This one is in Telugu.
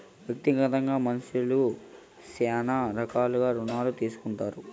వ్యక్తిగతంగా మనుష్యులు శ్యానా రకాలుగా రుణాలు తీసుకుంటారు